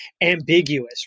ambiguous